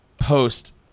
post